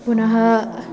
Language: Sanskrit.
पुनः